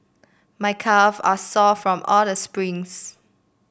my calve are sore from all the sprints